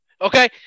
Okay